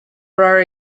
are